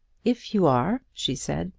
if you are, she said,